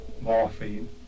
morphine